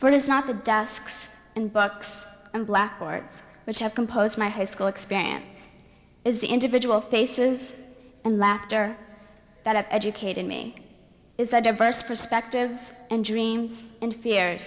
for it is not the desks and books and blackboards which i compose my high school experience is the individual faces and laughter that educated me is that diverse perspectives and dreams and fear